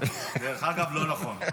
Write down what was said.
דרך אגב, לא נכון.